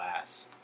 ass